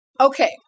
Okay